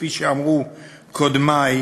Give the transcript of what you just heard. וכפי שאמרו קודמי,